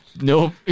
Nope